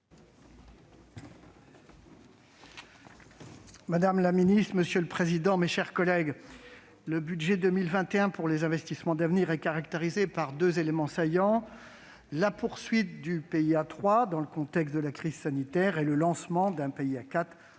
madame la ministre, mes chers collègues, le budget pour 2021 concernant les investissements d'avenir est caractérisé par deux éléments saillants : la poursuite du PIA 3 dans le contexte de la crise sanitaire, et le lancement d'un PIA 4 en